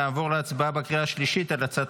נעבור להצבעה בקריאה השלישית על הצעת